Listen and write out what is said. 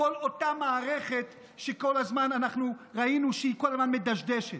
כל אותה מערכת שכל הזמן אנחנו ראינו שהיא כל הזמן מדשדשת.